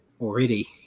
already